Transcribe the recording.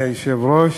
אדוני היושב-ראש,